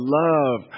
love